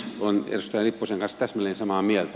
olen edustaja lipposen kanssa täsmälleen samaa mieltä